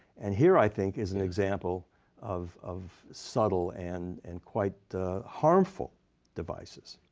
and here, i think, is an example of of subtle and and quite harmful devices.